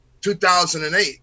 2008